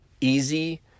easy